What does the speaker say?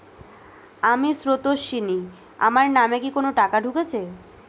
আমি স্রোতস্বিনী, আমার নামে কি কোনো টাকা ঢুকেছে?